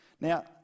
Now